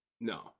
No